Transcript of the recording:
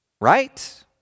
Right